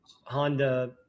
Honda